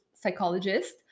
psychologist